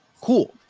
Cool